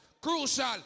Crucial